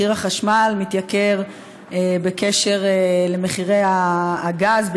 מחיר החשמל מתייקר בקשר למחירי הגז,